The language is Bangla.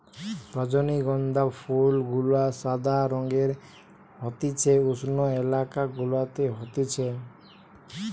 রজনীগন্ধা ফুল গুলা সাদা রঙের হতিছে উষ্ণ এলাকা গুলাতে হতিছে